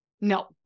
No